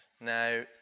Now